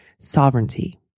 Sovereignty